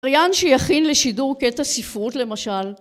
מרואיין שיכין לשידור קטע ספרות למשל